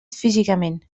físicament